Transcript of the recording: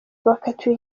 bakatiwe